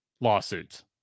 lawsuits